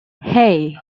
hey